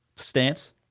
stance